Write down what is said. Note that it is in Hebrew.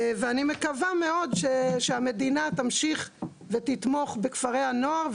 אני מקווה מאוד שהמדינה תמשיך ותתמוך בכפרי הנוער,